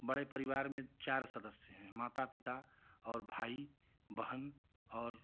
बड़े परिवार में चार सदस्य हैं माता पिता और भाई बहन और